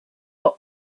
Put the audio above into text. are